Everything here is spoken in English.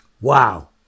Wow